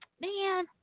man